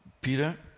Peter